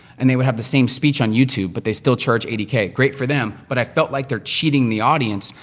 and they would have the same speech on youtube, but they still charge eighty k. great for them, but i felt like they're cheating the audience,